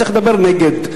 צריך לדבר נגד.